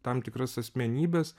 tam tikras asmenybes